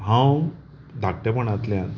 हांव धाकट्यापणांतल्यान